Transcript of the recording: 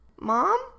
Mom